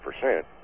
percent